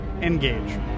Engage